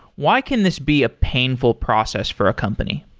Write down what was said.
why can this be a painful process for a company?